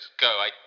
go